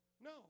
No